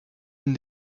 une